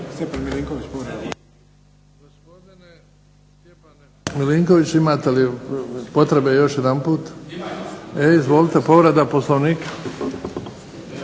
Milinkoviću imate li potrebe još jedanput? E izvolite, povreda Poslovnika.